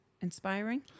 inspiring